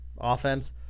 offense